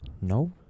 No